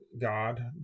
God